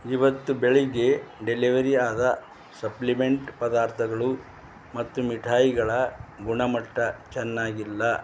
ಇವತ್ತು ಬೆಳಿಗ್ಗೆ ಡೆಲಿವರಿ ಆದ ಸಪ್ಲಿಮೆಂಟ್ ಪದಾರ್ಥಗಳು ಮತ್ತು ಮಿಠಾಯಿಗಳ ಗುಣಮಟ್ಟ ಚೆನ್ನಾಗಿಲ್ಲ